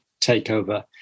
takeover